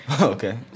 okay